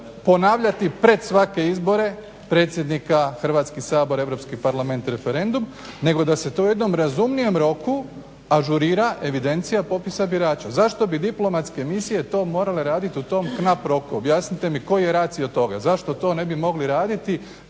ponavljati pred svake izbore, predsjednika, Hrvatski sabor, Europski parlament, referendum, nego da se to u jednom razumijem roku ažurira evidencija popisa birača. Zašto bi diplomatske misije to morale radit u tom knap roku, objasnite mi koji je ratio toga, zašto to ne bi mogli raditi